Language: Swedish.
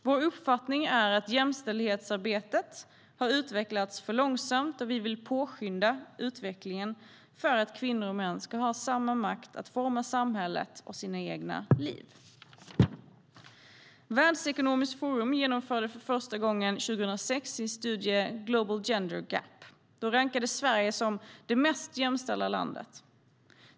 Vår uppfattning är att jämställdhetsarbetet har utvecklats för långsamt, och vi vill påskynda utvecklingen för att kvinnor och män ska ha samma makt att forma samhället och sina egna liv. Världsekonomiskt forum genomförde för första gången 2006 sin studie Global Gender Gap. Då rankades Sverige som det mest jämställda landet.